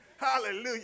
Hallelujah